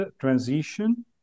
transition